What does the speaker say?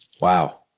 Wow